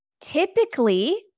Typically